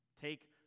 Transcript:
Take